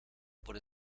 por